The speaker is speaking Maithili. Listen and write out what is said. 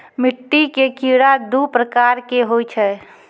मिट्टी के कीड़ा दू प्रकार के होय छै